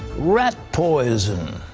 rat poison.